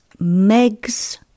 MEGS